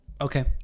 Okay